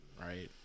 right